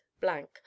blank